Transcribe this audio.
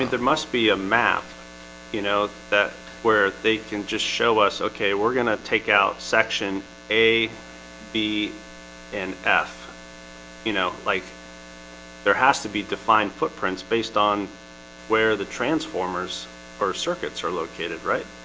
there must be a map you know that where they can just show us. okay, we're gonna take out section a b and f you know like there has to be defined footprints based on where the transformers or circuits are located, right?